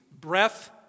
breath